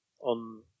On